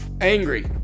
angry